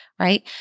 Right